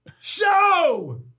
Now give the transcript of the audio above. Show